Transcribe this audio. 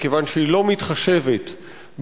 מכיוון שהיא לא מתחשבת במחויבויות